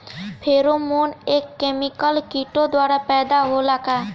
Pheromone एक chemical किटो द्वारा पैदा होला का?